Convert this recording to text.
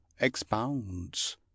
expounds